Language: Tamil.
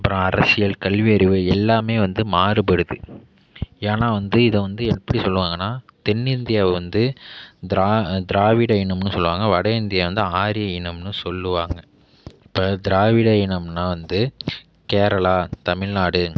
அப்புறோம் அரசியல் கல்வி அறிவு எல்லாமே வந்து மாறுபடுது ஏன்னால் வந்து இதை வந்து எப்படி சொல்லுவாங்கன்னா தென் இந்தியாவை வந்து திராவிட இனம்னு சொல்லுவாங்க வடஇந்தியா வந்து ஆரிய இனம்னு சொல்லுவாங்க இப்போ திராவிட இனம்னா வந்து கேரளா தமிழ்நாடு